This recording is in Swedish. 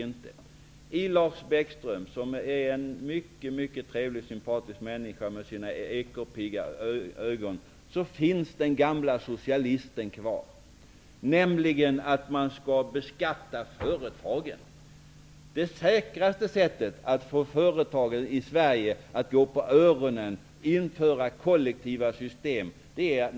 I Lars Bäckström, som är en mycket trevlig och sympatisk människa med ekorrpigga ögon, finns den gamla socialisten kvar. Han vill nämligen att man skall beskatta företagen. Det säkraste sättet att få företagen i Sverige att gå på öronen är att införa kollektiva system.